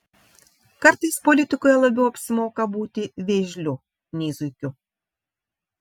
kartais politikoje labiau apsimoka būti vėžliu nei zuikiu